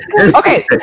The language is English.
Okay